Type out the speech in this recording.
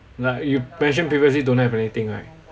n~ you mentioned previously don't have anything right